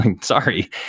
sorry